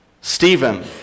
Stephen